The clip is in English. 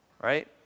right